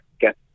get